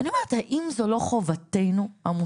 אני אומרת, האם זו לא חובתנו המוסרית,